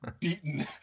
beaten